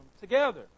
together